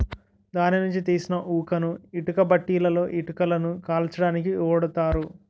ధాన్యం నుంచి తీసిన ఊకను ఇటుక బట్టీలలో ఇటుకలను కాల్చడానికి ఓడుతారు